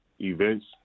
events